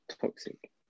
Toxic